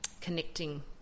connecting